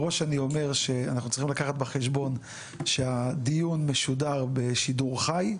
מראש אני אומר שאנחנו צריכים לקחת בחשבון שהדיון משודר בשידור חי.